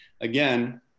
again